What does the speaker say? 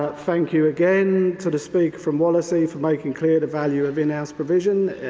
ah thank you, again, to the speaker from wallasey for making clear the value of in-house provision.